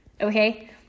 Okay